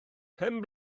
pen